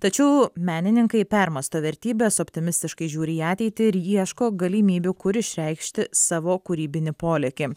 tačiau menininkai permąsto vertybes optimistiškai žiūri į ateitį ir ieško galimybių kur išreikšti savo kūrybinį polėkį